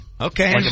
Okay